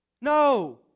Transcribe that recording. No